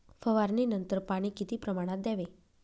फवारणीनंतर पाणी किती प्रमाणात द्यावे?